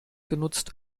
genutzt